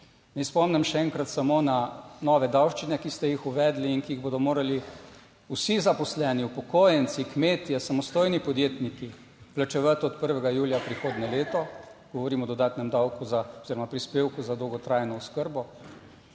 Naj spomnim še enkrat samo na nove davščine, ki ste jih uvedli in ki jih bodo morali vsi zaposleni, upokojenci, kmetje, samostojni podjetniki plačevati od 1. julija prihodnje leto - govorim o dodatnem davku oziroma prispevku za dolgotrajno oskrbo